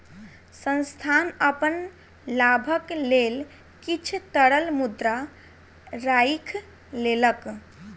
संस्थान अपन लाभक लेल किछ तरल मुद्रा राइख लेलक